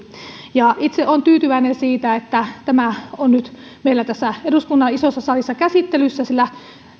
itse olen tyytyväinen siihen että tämä on nyt meillä tässä eduskunnan isossa salissa käsittelyssä sillä